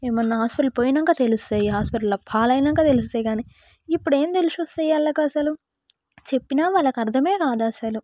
ఏమన్నా హాస్పిటల్ పోయినాక తెలుస్తాయి కానీ హాస్పిటల్ పాలు అయినాక తెలుస్తాయి కానీ ఇప్పుడేం తెలిసి వస్తాయి అసలు వాళ్ళకు అసలు చెప్పినా వాళ్ళకు అర్ధం కాదు అసలు